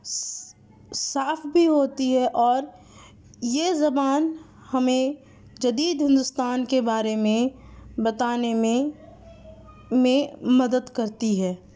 صاف بھی ہوتی ہے اور یہ زبان ہمیں جدید ہندوستان کے بارے میں بتانے میں میں مدد کرتی ہے